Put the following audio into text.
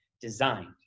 designed